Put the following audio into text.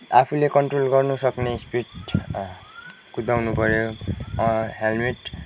आफूले कन्ट्रोल गर्नुसक्ने स्पिड कुदाउनु पऱ्यो हेल्मेट